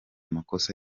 makosa